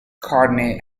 carney